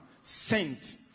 sent